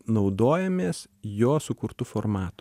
naudojamės jo sukurtu formatu